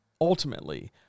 ultimately